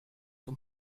zum